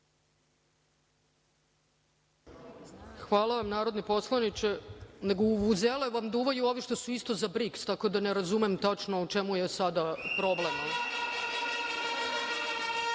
Hvala vam, narodni poslaniče. Nego, vuvuzele vam duvaju ovi što su isto za BRIKS, tako da ne razumem tačno u čemu je sada problem.